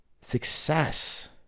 success